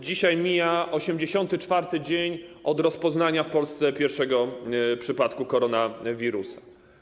Dzisiaj mija 84. dzień od rozpoznania w Polsce pierwszego przypadku koronawirusa.